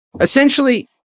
Essentially